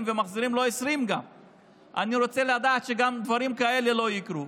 ומחזירים לו 20. אני רוצה לדעת שדברים כאלה לא יקרו,